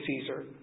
Caesar